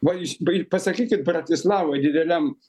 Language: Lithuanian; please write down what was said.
va jūs ir pasakykit bratislavoj dideliam